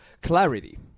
clarity